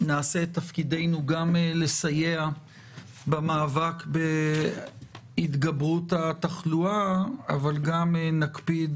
נעשה את תפקידנו גם לסייע במאבק בהתגברות התחלואה אבל גם נקפיד